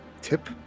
Tip